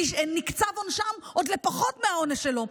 עוד נקצב עונשם לפחות מהעונש שלו.